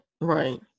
right